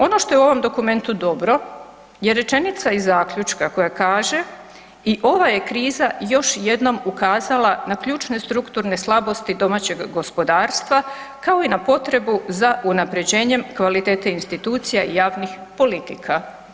Ono što je u ovom dokumentu dobro je rečenica iz zaključka koja kaže „I ova je kriza još jednom ukazala na ključne strukturne slabosti domaćeg gospodarstva kao i na potrebu za unaprjeđenjem kvalitete institucija i javnih politika“